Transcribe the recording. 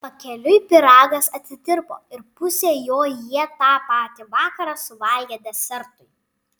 pakeliui pyragas atitirpo ir pusę jo jie tą patį vakarą suvalgė desertui